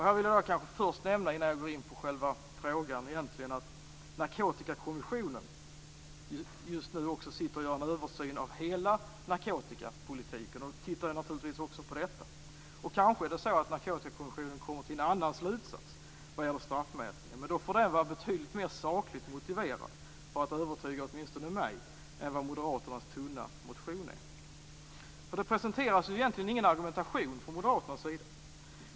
Här vill jag först, innan jag går in på själva frågan, nämna att Narkotikakommissionen just nu gör en översyn av hela narkotikapolitiken, och man tittar naturligtvis också på detta. Kanske kommer Narkotikakommissionen till en annan slutsats vad gäller straffmätningen. Men då får den vara betydligt mer sakligt motiverad för att övertyga åtminstone mig än vad moderaternas tunna motion är. Det presenteras ju egentligen ingen argumentation från moderaterna.